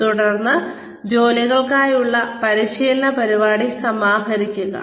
തുടർന്ന് ജോലികൾക്കായുള്ള പരിശീലന പരിപാടി സമാഹരിക്കുക